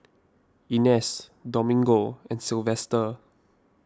Ines Domingo and Sylvester